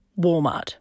Walmart